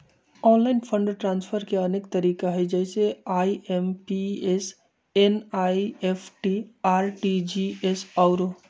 online fund transfer के अनेक तरिका हइ जइसे आइ.एम.पी.एस, एन.ई.एफ.टी, आर.टी.जी.एस आउरो